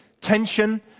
tension